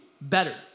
better